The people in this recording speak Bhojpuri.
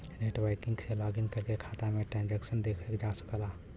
नेटबैंकिंग से लॉगिन करके खाता में ट्रांसैक्शन देखल जा सकला